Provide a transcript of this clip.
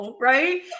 Right